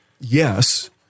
Yes